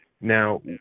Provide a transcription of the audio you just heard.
Now